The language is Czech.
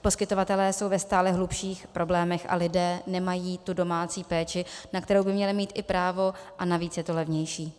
Poskytovatelé jsou ve stále hlubších problémech a lidé nemají tu domácí péči, na kterou by měli mít i právo, a navíc je to levnější.